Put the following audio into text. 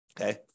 Okay